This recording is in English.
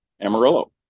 Amarillo